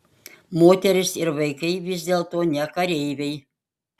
moterys ir vaikai vis dėlto ne kareiviai